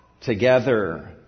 together